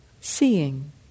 Seeing